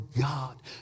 God